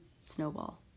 snowball